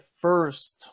first